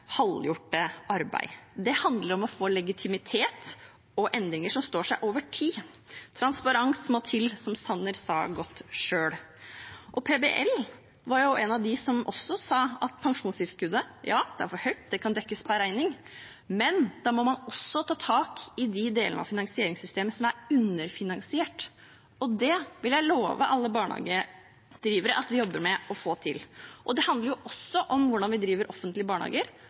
halvgjorte arbeid. Det handler om å få legitimitet og endringer som står seg over tid. Transparens må til, som representanten Sanner så godt sa selv. PBL var blant dem som sa at pensjonstilskuddet er for høyt, at det kan dekkes per regning, men at man da også må ta tak i de delene av finansieringssystemet som er underfinansiert. Det vil jeg love alle barnehagedrivere at vi jobber med å få til. Det handler også om hvordan vi driver offentlige barnehager;